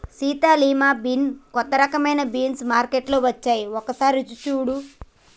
Sita lima bean కొత్త రకమైన beans మార్కేట్లో వచ్చాయి ఒకసారి రుచి సుడు